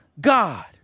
God